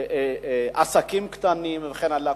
עסקים קטנים וכן הלאה.